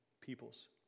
peoples